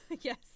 Yes